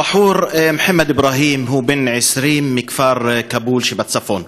הבחור מוחמד אברהים, בן 20, מכפר כאבול שבצפון,